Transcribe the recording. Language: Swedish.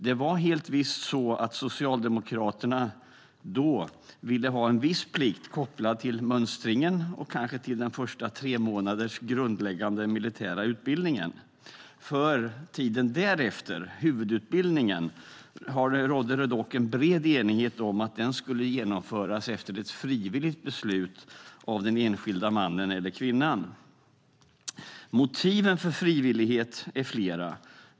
Det var helt visst så att Socialdemokraterna då ville ha en viss plikt kopplad till mönstringen och kanske till den första tremånaders grundläggande militära utbildningen. Det rådde dock en bred enighet om att huvudutbildningen därefter skulle genomföras efter ett frivilligt beslut av den enskilda mannen eller kvinnan. Motiven för frivillighet är flera.